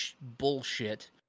bullshit